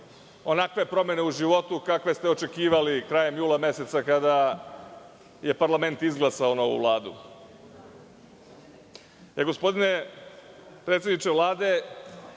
onakve promene u životu kakve ste očekivali krajem jula meseca, kada je parlament izglasao novu Vladu. Gospodine predsedniče Vlade,